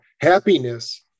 happiness